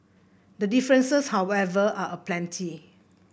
the differences however are aplenty